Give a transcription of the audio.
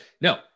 No